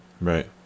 Right